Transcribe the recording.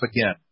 again